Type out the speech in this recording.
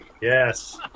Yes